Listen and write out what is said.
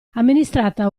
amministrata